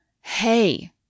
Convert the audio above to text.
hey